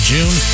June